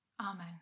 Amen